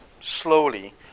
slowly